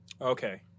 Okay